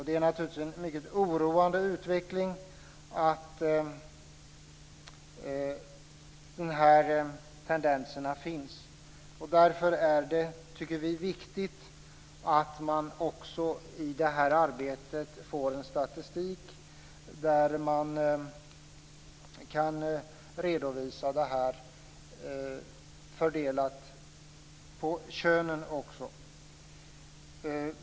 Det är naturligtvis en mycket oroande utveckling att dessa tendenser finns. Därför tycker vi att det är viktigt att man i detta arbete får en statistik där man kan redovisa resultatet också fördelat på könen.